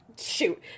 Shoot